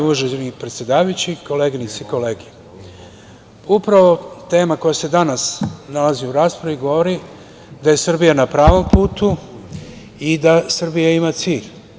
Uvaženi predsedavajući, koleginice i kolege, upravo tema koja se danas nalazi u raspravi govori da je Srbija na pravom putu i da Srbija ima cilj.